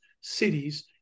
cities